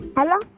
Hello